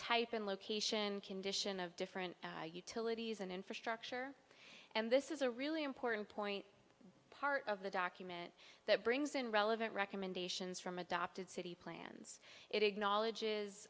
and location condition of different utilities and infrastructure and this is a really important point part of the document that brings in relevant recommendations from adopted city plans i